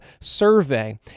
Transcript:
survey